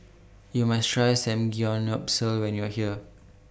YOU must Try Samgyeopsal when YOU Are here